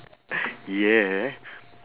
yeah